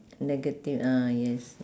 negative ah yes